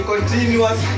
Continuous